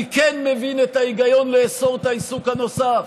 אני כן מבין את ההיגיון לאסור את העיסוק הנוסף.